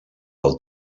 del